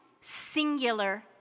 singular